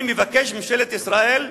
אני מבקש מממשלת ישראל,